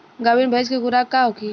गाभिन भैंस के खुराक का होखे?